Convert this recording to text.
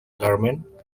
garment